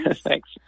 Thanks